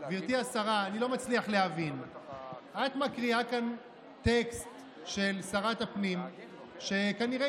את מקריאה כאן טקסט של שרת הפנים שכנראה